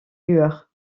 lueurs